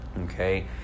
okay